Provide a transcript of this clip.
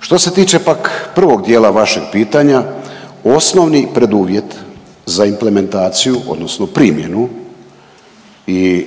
Što se tiče pak prvog dijela vašeg pitanja osnovni preduvjet za implementaciju odnosno primjenu i